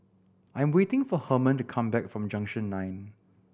I'm waiting for Hermon to come back from Junction Nine